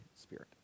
Spirit